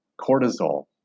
cortisol